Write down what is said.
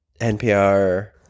NPR